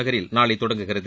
நகரில் நாளை தொடங்குகிறது